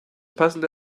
passende